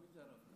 מי זה הרב-קו?